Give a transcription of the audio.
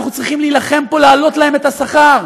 אנחנו צריכים להילחם פה להעלות להם את השכר.